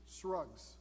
shrugs